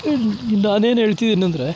ನಾನೇನು ಹೇಳ್ತಿದೀನ್ ಅಂದರೆ